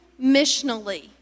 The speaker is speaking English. missionally